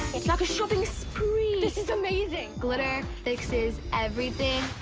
it's like a shopping spree. this is amazing! glitter fixes everything.